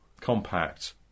compact